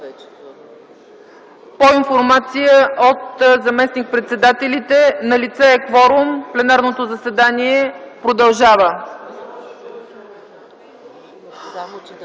По информация от заместник-председателите налице е кворум. Пленарното заседание продължава.